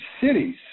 cities